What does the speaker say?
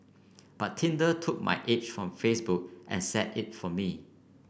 but Tinder took my age from Facebook and set it for me